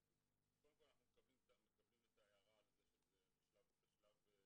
קודם כל אנחנו מקבלים את ההערה על כך שזה בשלב מאוחר.